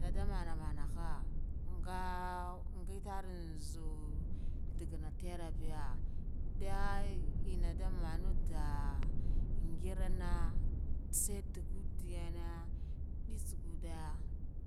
dada mana monaha nga ngitare zuu ndigina tera biya nga enna damana da ngirna sai tugu diya nah ndistsugude